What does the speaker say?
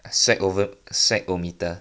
sweat over sweat O meter